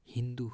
Hindu